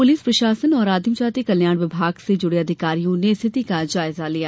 police प्रशासन व आदिम जाति कल्याण विभाग से जुड़े अधिकारियों ने स्थिति का जायजा लिया